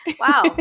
Wow